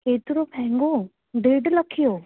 एतिरो महांगो ॾेढु लख जो